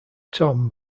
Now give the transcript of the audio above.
tom